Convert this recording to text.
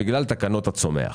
בגלל תקנות הצומח,